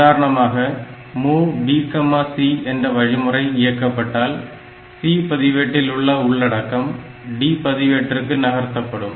உதாரணமாக MOV BC என்ற வழிமுறை இயக்கப்பட்டால் C பதிவேட்டில் உள்ள உள்ளடக்கம் D பதிவேட்டிற்கு நகர்த்தப்படும்